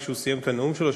כשהוא סיים את הנאום שלו,